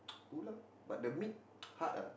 pull up but the meat hard ah